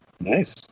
Nice